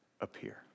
appear